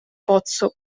pozzo